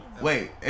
Wait